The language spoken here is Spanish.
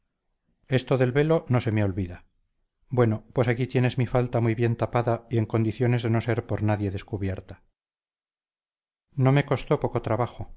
esto del velo no se me olvida bueno pues aquí tienes mi falta muy bien tapada y en condiciones de no ser por nadie descubierta no me costó poco trabajo